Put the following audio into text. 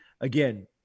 again